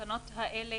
התקנות האלה